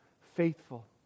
faithful